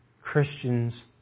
Christians